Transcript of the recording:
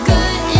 Good